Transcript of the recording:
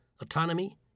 autonomy